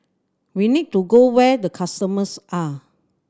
we need to go where the customers are